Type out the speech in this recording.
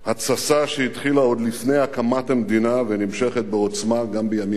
התססה שהתחילה עוד לפני הקמת המדינה ונמשכת בעוצמה גם בימים אלה.